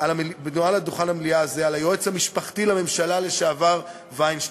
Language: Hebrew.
המליאה הזה על היועץ המשפחתי לשעבר וינשטיין.